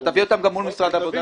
אבל תביא אותם גם מול משרד העבודה.